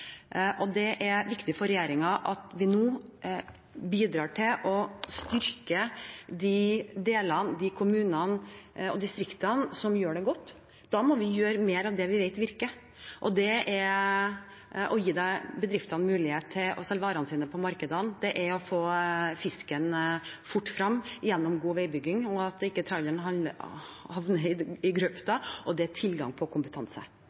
Det er viktig for regjeringen at vi nå bidrar til å styrke de kommunene og distriktene som gjør det godt. Da må vi gjøre mer av det vi vet virker, og det er å gi bedriftene mulighet til å selge varene sine på markedene, det er å få fisken fort frem gjennom god veibygging, slik at ikke traileren havner i grøfta, og det er tilgang på kompetanse.